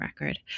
record